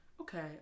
Okay